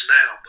now